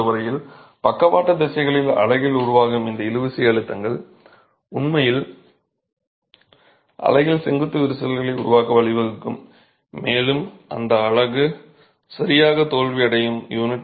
தோல்வியைப் பொறுத்த வரையில் பக்கவாட்டுத் திசைகளில் அலகில் உருவாகும் இந்த இழுவிசை அழுத்தங்கள் உண்மையில் அலகில் செங்குத்து விரிசல்களை உருவாக்க வழிவகுக்கும் மேலும் அந்த அலகு சரியாகத் தோல்வியடையும்